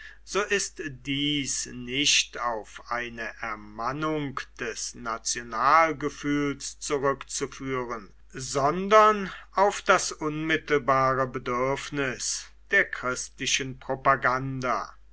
so ist dies nicht auf eine ermannung des nationalgefühls zurückzuführen sondern auf das unmittelbare bedürfnis der christlichen propaganda